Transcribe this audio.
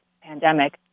pandemic